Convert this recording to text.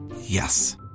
Yes